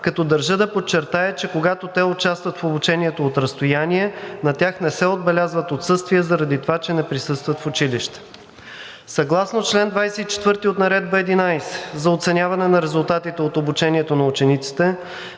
като държа да подчертая, че когато те участват в обучението от разстояние, на тях не се отбелязват отсъствия заради това, че не присъстват в училище. Съгласно чл. 24 от Наредба 11 за оценяване на резултатите от обучението на учениците